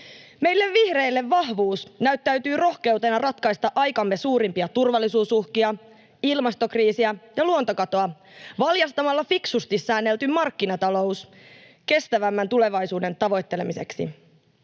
Meille vihreille vahvuus näyttäytyy rohkeutena ratkaista aikamme suurimpia turvallisuusuhkia, ilmastokriisiä ja luontokatoa, valjastamalla fiksusti säännelty markkinatalous kestävämmän tulevaisuuden tavoittelemiseksi,